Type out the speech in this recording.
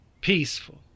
Peaceful